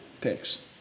picks